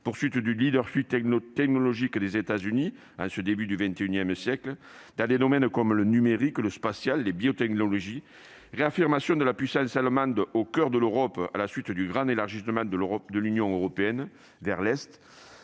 poursuite du leadership technologique des États-Unis en ce début de XXI siècle, dans des domaines comme le numérique, le spatial, les biotechnologies ; réaffirmation de la puissance allemande au coeur de l'Europe à la suite du grand élargissement de l'Union européenne vers l'Est